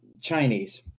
Chinese